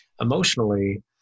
emotionally